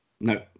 No